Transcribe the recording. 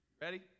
Ready